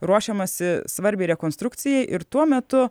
ruošiamasi svarbiai rekonstrukcijai ir tuo metu